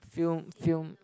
film film